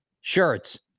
shirts